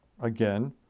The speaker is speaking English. Again